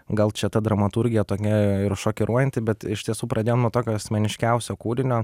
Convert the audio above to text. gal čia ta dramaturgija tokia ir šokiruojanti bet iš tiesų pradėjom nuo tokio asmeniškiausio kūrinio